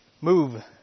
move